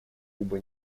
куба